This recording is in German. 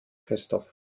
christoph